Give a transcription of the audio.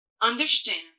understand